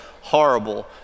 horrible